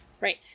right